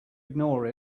ignore